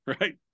right